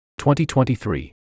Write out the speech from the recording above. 2023